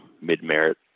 mid-merit